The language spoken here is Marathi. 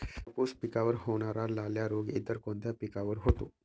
कापूस पिकावर होणारा लाल्या रोग इतर कोणत्या पिकावर होतो?